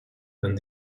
and